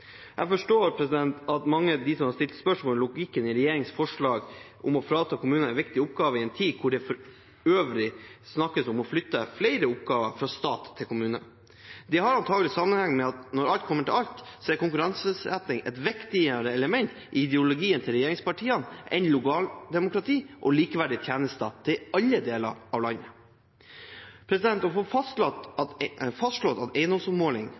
Jeg forstår de mange som har stilt spørsmål ved logikken i regjeringens forslag om å frata kommunene en viktig oppgave i en tid hvor det for øvrig snakkes om å flytte flere oppgaver fra stat til kommune. Det har antagelig sammenheng med at når alt kommer til alt, er konkurranseutsetting et viktigere element i ideologien til regjeringspartiene enn lokaldemokrati og likeverdige tjenester i alle deler av landet. Å få fastslått at eiendomsoppmåling og matrikkelføring fortsatt skal være en lovfestet myndighetsoppgave for kommunene, er det